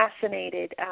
fascinated